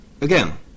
again